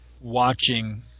watching